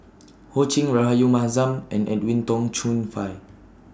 Ho Ching Rahayu Mahzam and Edwin Tong Chun Fai